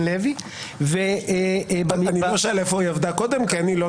לוי -- אני לא אשאל איפה היא עבדה קודם כי אני לא